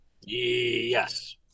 Yes